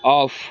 of